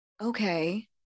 Okay